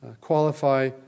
qualify